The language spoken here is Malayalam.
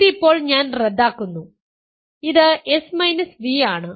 ഇത് ഇപ്പോൾ ഞാൻ റദ്ദാക്കുന്നു ഇത് s v ആണ്